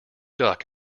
duck